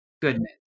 Goodness